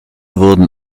wurden